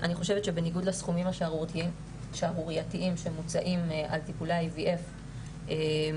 אני חושבת שבניגוד לסכומים השערורייתיים שמוצאים על טיפולי IVF בעצם